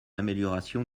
amélioration